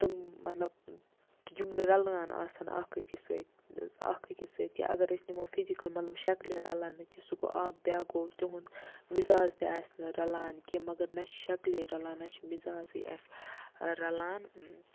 تِم مَطلَب یِم نہٕ رَلان آسَن اَکھ أکِس سۭتۍ اَکھ أکِس سۭتۍ کیٚنٛہہ اَگَر أسۍ نِمو فِزِکَل مَطلَب شَکلہِ رَلان نہٕ کیٚنٛہہ سُہ گوٚو اَکھ بیاکھ گوٚو تِہُنٛد مِزاز تہِ آسہِ نہٕ رَلان کیٚنٛہہ مَگَر نَہ شَکلے رَلان نَہ چھِ مِزازٕے اَسہِ رَلان